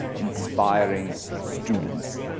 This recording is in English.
inspiring students.